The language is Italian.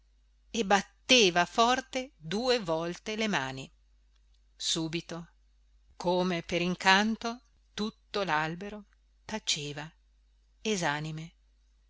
e batteva forte due volte le mani subito come per incanto tutto lalbero taceva esanime